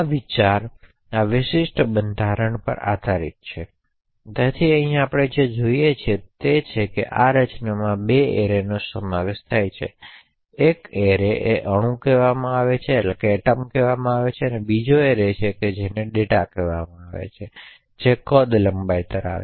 આ વિચાર આ વિશિષ્ટ બંધારણ પર આધારિત છે તેથી આપણે અહીં જે જોઈએ છીએ તે છે કે આ રચનામાં 2 એરેનો સમાવેશ થાય છે તે એક એરે અણુ કહેવાય છે અને બીજો એરે છે જેને ડેટા કહેવામાં આવે છે જે કદ લંબાઈ છે